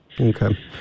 Okay